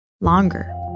longer